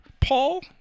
Paul